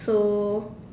so